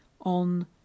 on